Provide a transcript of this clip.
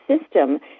system